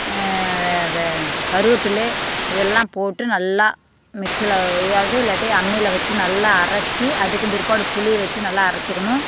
கருவேப்பில்லை இது எல்லாம் போட்டு நல்லா மிக்சிலவையாவது இல்லாட்டி அம்மியில வச்சி நல்லா அரைச்சி அதுக்கும் பிற்பாடு புளியை வச்சி நல்லா அரைச்சிக்கிணும்